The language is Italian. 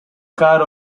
caro